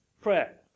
prayer